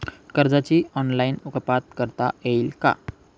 कर्जाची ऑनलाईन कपात करता येईल का?